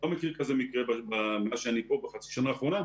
אני לא מכיר מקרה כזה מאז אני כאן בחצי השנה האחרונה,